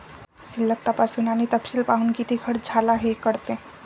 शिल्लक तपासून आणि तपशील पाहून, किती खर्च झाला हे कळते